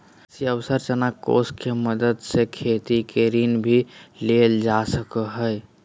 कृषि अवसरंचना कोष के मदद से खेती ले ऋण भी लेल जा सकय हय